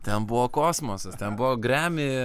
ten buvo kosmosas ten buvo grammy